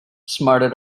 smarter